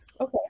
okay